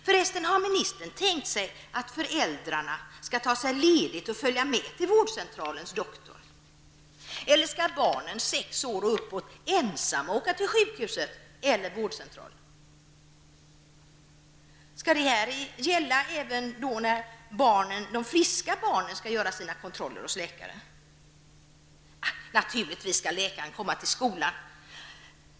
Har föresten ministern tänkt sig att föräldrarna skall ta ledigt och följa med till vårdcentralens doktor eller skall barnen, sex år och uppåt, ensamma åka till sjukhuset eller vårdcentralen? Skall detta gälla även när de friska barnen skall göra sina kontroller hos läkare? Naturligtvis skall läkaren komma till skolan.